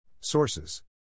Sources